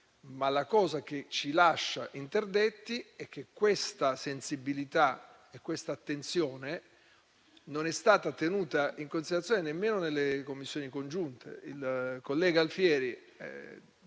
Ma la cosa che ci lascia interdetti è che questa sensibilità e questa attenzione non sono state tenute in considerazione nemmeno nelle Commissioni congiunte.